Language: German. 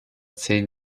zehn